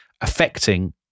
affecting